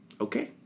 okay